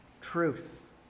truth